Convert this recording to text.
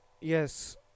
Yes